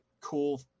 cool